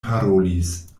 parolis